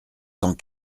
cent